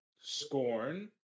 Scorn